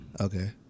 Okay